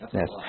yes